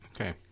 Okay